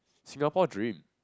Singapore dream